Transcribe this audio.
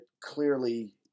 clearly